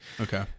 Okay